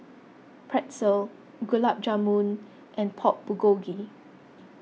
Pretzel Gulab Jamun and Pork Bulgogi